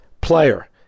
player